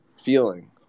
feeling